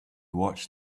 watched